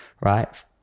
right